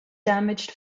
damaged